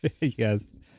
Yes